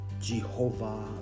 jehovah